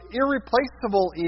irreplaceable